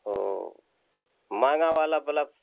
वो महंगा वाला बलब